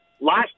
last